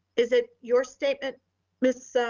is it your statement mrs. so